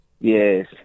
Yes